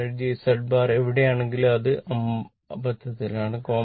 ഞാൻ എഴുതിയ Z bar എവിടെയാണെങ്കിലും അത് അബദ്ധത്തിലാണ്